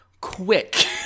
quick